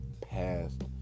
past